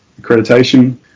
accreditation